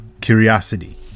Curiosity